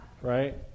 right